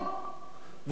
אילת, ערד.